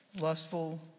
lustful